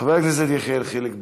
חברת הכנסת מרב מיכאלי,